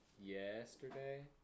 yesterday